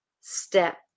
step